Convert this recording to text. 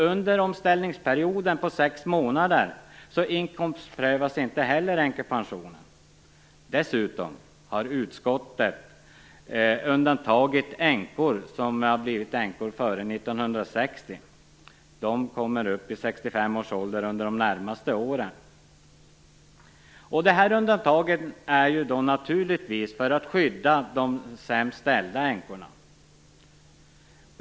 Under omställningsperioden som omfattar sex månader inkomstprövas inte heller änkepensionen. Dessutom har utskottet undantagit dem som har blivit änkor före 1960. De kommer upp till 65 års ålder under de närmaste åren. Dessa undantag har kommit till just för att skydda de sämst ställda änkorna.